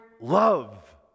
Love